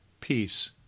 peace